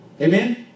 amen